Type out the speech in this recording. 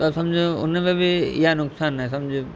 त सम्झ उन में बि इहा नुक़सानु आहे सम्झ